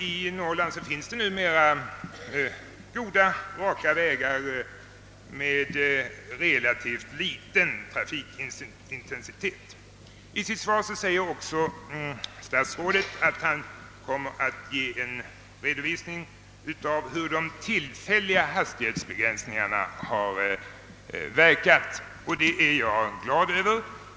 I Norrland finns numera goda, raka vägar med relativt liten trafikintensitet. I sitt svar säger också statsrådet att han kommer att ge en redovisning av hur de tillfälliga hastighetsbegränsningarna har verkat, och det är jag glad över.